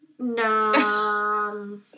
no